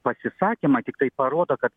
pasisakymai tiktai parodo kad